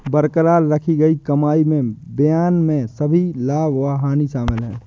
बरकरार रखी गई कमाई में बयान में सभी लाभ और हानि शामिल हैं